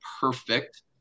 perfect